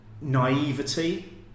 naivety